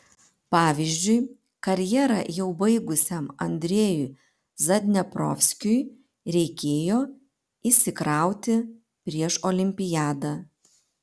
pavyzdžiui karjerą jau baigusiam andrejui zadneprovskiui reikėdavo įsikrauti prieš olimpiadą